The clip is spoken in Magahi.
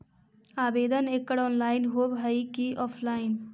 आवेदन एकड़ ऑनलाइन होव हइ की ऑफलाइन?